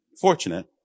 fortunate